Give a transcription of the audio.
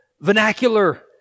vernacular